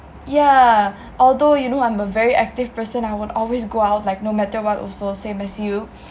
yah although you know I'm a very uh active person I would always go out like no matter what also same as you